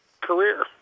career